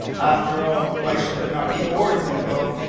after all, why should there not be oars in the boat?